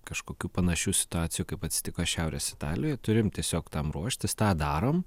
kažkokių panašių situacijų kaip atsitiko šiaurės italijoj turim tiesiog tam ruoštis tą darom